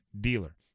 dealer